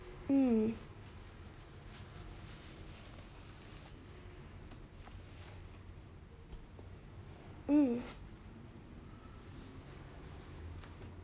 um um